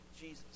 Jesus